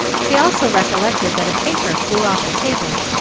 she also recollected that a paper flew off the table,